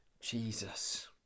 Jesus